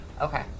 Okay